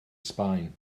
sbaen